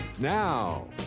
Now